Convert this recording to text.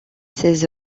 ses